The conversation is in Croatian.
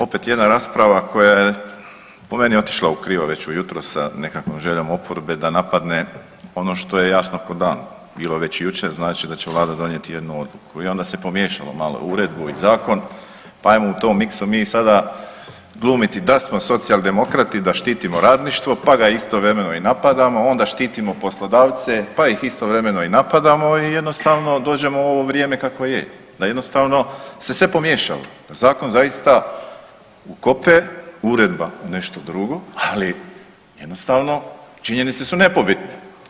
Opet jedna rasprava koja je po meni otišla u krivo već od jutros, sa nekakvom željom oporbe da napadne ono što je jasno ko dan bilo već jučer, znači da će vlada donijeti jednu odluku i onda se pomiješalo malo uredbu i zakon pa ajmo u tom miksu mi sada glumiti da smo socijaldemokrati da štitimo radništvo, pa ga istovremeno i napadamo onda štitimo poslodavce pa ih istovremeno i napadamo i jednostavno dođemo u ovo vrijeme kakvo je da jednostavno se sve pomiješalo, da zakon zaista … uredba nešto drugo, ali jednostavno činjenice su nepobitne.